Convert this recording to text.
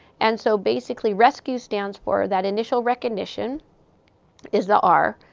and so basically, rescu stands for that initial recognition is the r.